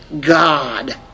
God